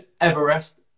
Everest